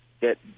get